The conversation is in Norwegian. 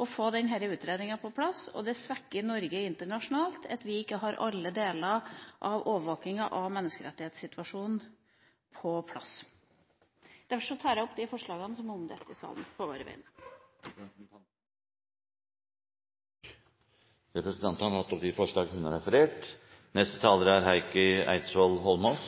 å få denne utredninga på plass, og det svekker Norge internasjonalt at vi ikke har alle deler av overvåkinga av menneskerettighetssituasjonen på plass. Jeg tar på vegne av Venstre opp de forslagene som er omdelt i salen. Representanten Skei Grande har tatt opp de forslagene hun refererte til. Neste taler er statsråd Heikki Eidsvoll Holmås.